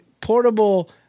portable